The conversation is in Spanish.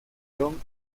jon